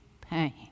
pain